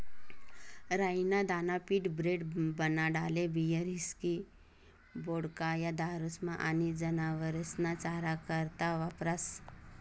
राई ना दाना पीठ, ब्रेड, बनाडाले बीयर, हिस्की, वोडका, या दारुस्मा आनी जनावरेस्ना चारा करता वापरास